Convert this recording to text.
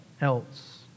else